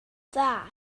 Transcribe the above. dda